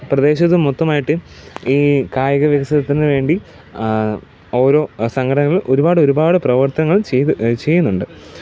പ്രദേശത്തും മൊത്തമായിട്ട് ഈ കായിക വികസനത്തിന് വേണ്ടി ഓരോ സംഘടനകൾ ഒരുപാട് ഒരുപാട് പ്രവർത്തനങ്ങൾ ചെയ്ത് ചെയ്യുന്നുണ്ട്